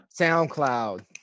Soundcloud